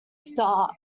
start